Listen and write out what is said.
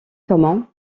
comment